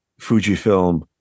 Fujifilm